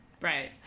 Right